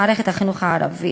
מערכת החינוך הערבית,